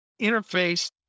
interface